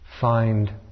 find